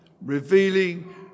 revealing